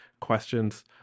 questions